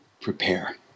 prepare